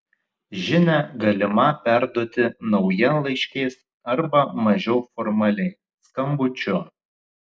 žinią galimą perduoti naujienlaiškiais arba mažiau formaliai skambučiu